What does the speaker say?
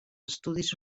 estudis